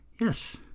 Yes